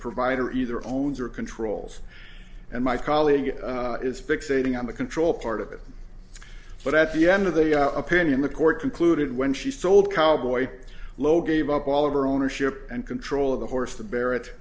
provider either owns or controls and my colleague is fixating on the control part of it but at the end of the opinion the court concluded when she sold cowboy low gave up all over ownership and control of the horse the beret